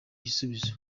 igisubizo